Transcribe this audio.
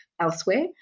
Elsewhere